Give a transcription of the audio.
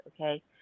okay